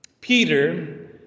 Peter